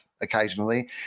occasionally